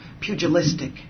pugilistic